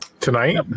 Tonight